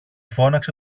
φώναξε